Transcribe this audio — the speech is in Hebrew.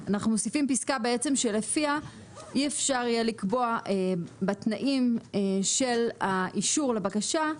פסקה שלפיה אי אפשר יהיה לקבוע בתנאים של האישור לבקשה,